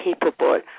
capable